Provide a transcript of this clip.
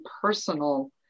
personal